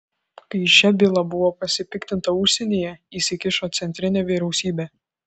kai šia byla buvo pasipiktinta užsienyje įsikišo centrinė vyriausybė